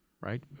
right